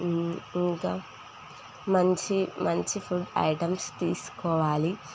ఇంకా మంచి మంచి ఫుడ్ ఐటమ్స్ తీసుకోవాలి